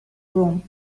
broom